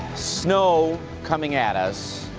snow coming at us.